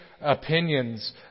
opinions